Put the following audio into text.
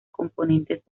componentes